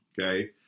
okay